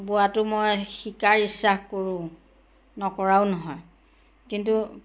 বোৱাটো মই শিকাৰ ইচ্ছা কৰোঁ নকৰাও নহয় কিন্তু